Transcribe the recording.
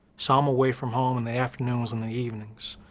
so i'm away from home in the afternoons and the evenings,